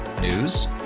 News